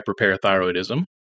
hyperparathyroidism